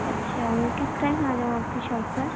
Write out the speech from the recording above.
اچھا میں کس ٹائم آجاؤں آپ کی شاپ پر